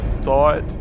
thought